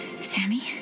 sammy